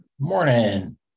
morning